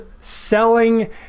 selling